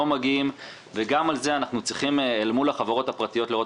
מגיעים וגם פה אנחנו צריכים לראות את המקלות מול החברות הפרטיות.